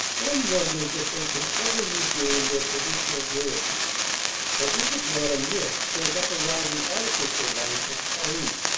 one wonders if they can ever regain their traditional gaiety or is it not a myth built up around the artificial life of paris?